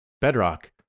bedrock